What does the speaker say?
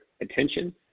attention